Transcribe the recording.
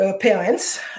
parents